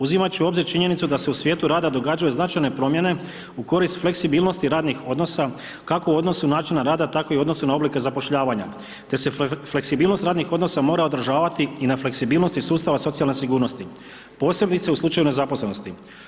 Uzimajući u obzir činjenicu da se u svijetu rada događaju značajne promjene u korist fleksibilnosti radnih odnosa kako u odnosu načina rada tako i u odnosu na oblike zapošljavanja te se fleksibilnost radnih odnosa mora odražavati i na fleksibilnosti sustava socijalne sigurnosti, posebice u slučaju nezaposlenosti.